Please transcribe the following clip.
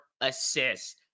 assists